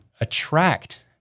attract